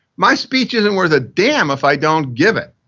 my speech isn't worth a damn if i don't give it.